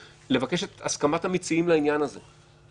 כמו שאהוד ברק היה שר ביטחון.